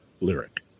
lyric